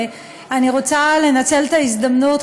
ואני רוצה לנצל את ההזדמנות,